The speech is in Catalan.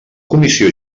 comissió